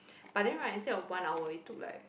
but then right instead of one hour it took like